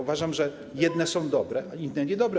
Uważam, że jedne są dobre, a inne niedobre.